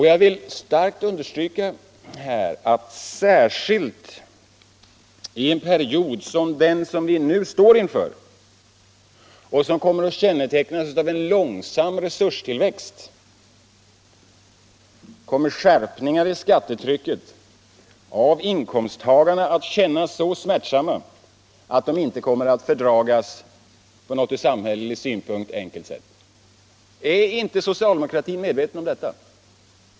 Jag vill starkt understryka att särskilt i en period som den vi nu står inför, som kommer att kännetecknas av en långsam resurstillväxt, upplevs skärpningar i skattetrycket av inkomsttagarna som så smärtsamma att de inte kommer att fördragas på något från samhällelig synpunkt enkelt sätt. Är inte socialdemokraterna medvetna om detta?